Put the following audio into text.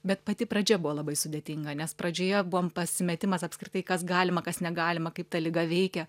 bet pati pradžia buvo labai sudėtinga nes pradžioje buvom pasimetimas apskritai kas galima kas negalima kaip ta liga veikia